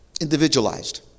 individualized